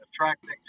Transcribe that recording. attracting